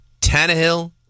Tannehill